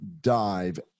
dive